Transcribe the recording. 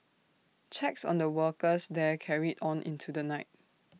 checks on the workers there carried on into the night